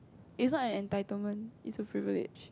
it's not an entitlement it's a privilege